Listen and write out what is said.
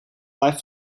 live